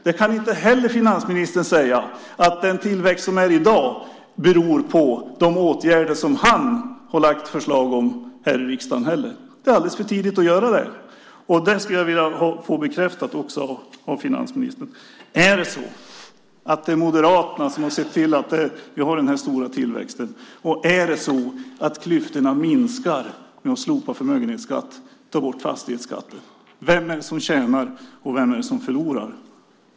Då kan inte heller finansministern säga att den tillväxt som vi har i dag beror på de åtgärder som han har lagt fram förslag om här i riksdagen. Det är alldeles för tidigt att göra det. Det skulle jag också vilja få bekräftat av finansministern. Är det så att det är Moderaterna som har sett till att vi har den här stora tillväxten? Är det så att klyftorna minskar med slopad förmögenhetsskatt och genom att man tar bort fastighetsskatten? Vem är det som tjänar och vem är det som förlorar?